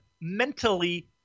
mentally